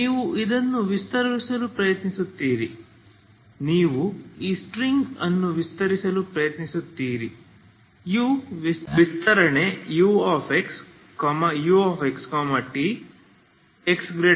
ನೀವು ಇದನ್ನು ವಿಸ್ತರಿಸಲು ಪ್ರಯತ್ನಿಸುತ್ತೀರಿ ನೀವು ಈ ಸ್ಟ್ರಿಂಗ್ ಅನ್ನು ವಿಸ್ತರಿಸಲು ಪ್ರಯತ್ನಿಸುತ್ತೀರಿ u ವಿಸ್ತರಣೆಯು uxt x0 ಕಂಡುಬರುತ್ತದೆ